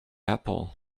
apple